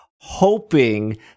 hoping